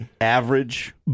average